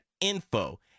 info